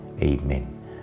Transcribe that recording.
Amen